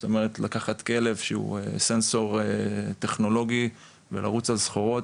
זאת אומרת לקחת כלב שהוא סנסור טכנולוגי ולרוץ על סחורות.